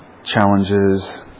challenges